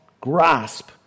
grasp